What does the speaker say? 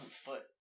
foot